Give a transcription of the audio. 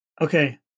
Okay